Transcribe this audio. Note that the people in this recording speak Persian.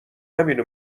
همینو